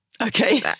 Okay